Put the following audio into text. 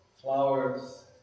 flowers